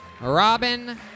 Robin